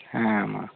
ᱦᱮᱸ ᱢᱟ